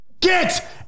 Get